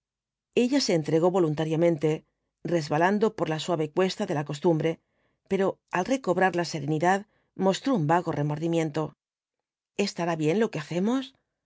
ella se entregó voluntariamente res balando por la suave cuesta de la costumbre pero al recobrar la serenidad mostró un vago remordimiento estará bien lo que hacemos